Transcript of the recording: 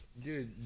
Dude